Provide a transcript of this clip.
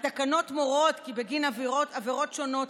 התקנות מורות כי בגין עבירות שונות,